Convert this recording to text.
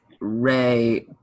Ray